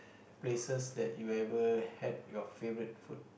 places that you ever had your favourite food